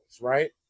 right